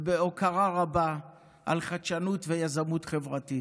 ובהוקרה רבה על חדשנות ויזמות חברתית.